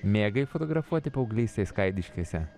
mėgai fotografuoti paauglystėje skaidiškėse